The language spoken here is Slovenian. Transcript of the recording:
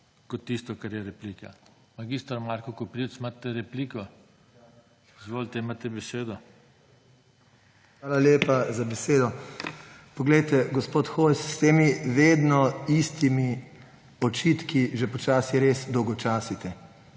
kot tisto, kar je replika. Mag. Marko Koprivc, imate repliko? Izvolite, imate besedo. **MAG. MARKO KOPRIVC (PS SD):** Hvala lepa za besedo. Poglejte, gospod Hojs, s temi vedno istimi očitki že počasi res dolgočasite.